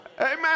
Amen